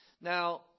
Now